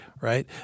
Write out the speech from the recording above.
right